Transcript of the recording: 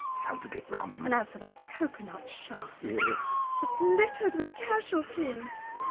sounds a bit rum. and as for that coconut shy just littered with casualties!